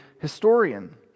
historian